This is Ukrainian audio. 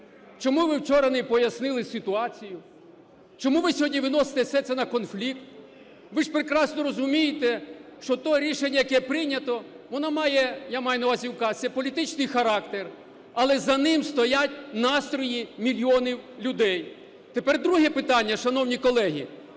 Чому ви вчора не пояснили ситуацію? Чому ви сьогодні виносите все це на конфлікт? Ви ж прекрасно розумієте, що те рішення, яке прийнято, воно має, я маю на увазі указ, це політичний характер, але за ним стоять настрої мільйонів людей. Тепер друге питання, шановні колеги.